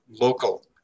local